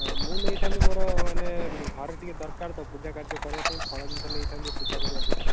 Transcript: ହଁ ମୁଁ ନେଇଥାନ୍ତି ମୋର ମାନେ ଘରେ ଟିକେ ଦରକାର ତ ପୂଜା କାର୍ଯ୍ୟ କରିବା ପାଇଁ ଫଳ ଜିନିଷ ଟିକେ ନେଇଥାନ୍ତି ପୂଜା କରିବା ପାଇଁ